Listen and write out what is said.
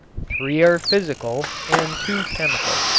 three are physical and two chemical.